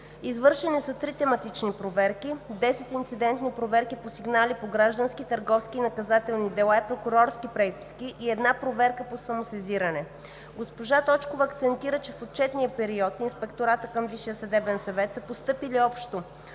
Извършени са три тематични проверки, 10 инцидентни проверки по сигнали по граждански, търговски и наказателни дела и прокурорски преписки и 1 проверка по самосезиране. Госпожа Точкова акцентира, че в отчетния период в ИВСС са постъпили общо